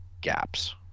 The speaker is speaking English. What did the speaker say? gaps